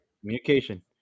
Communication